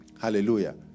Hallelujah